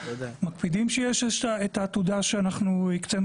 מקפידים שיש את העתודה שאנחנו הקצנו